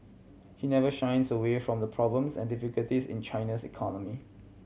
he never shies away from the problems and difficulties in China's economy